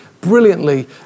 brilliantly